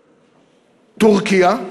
טורקיה,